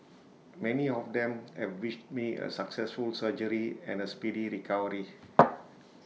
many of them have wished me A successful surgery and A speedy recovery